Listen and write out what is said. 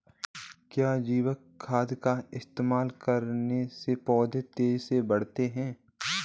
क्या जैविक खाद का इस्तेमाल करने से पौधे तेजी से बढ़ते हैं?